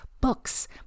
books